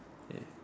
ya